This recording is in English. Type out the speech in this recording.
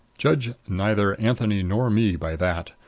judge neither anthony nor me by that.